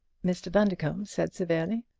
mr. bundercombe said severely.